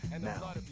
Now